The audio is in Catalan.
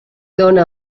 dóna